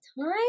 time